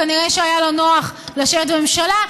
כנראה היה לו נוח לשבת בממשלה,